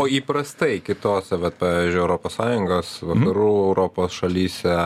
o įprastai kitose vat pavyzdžiui europos sąjungos vakarų europos šalyse